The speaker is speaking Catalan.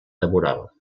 devorava